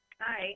Hi